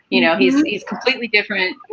you know. he's he's completely different.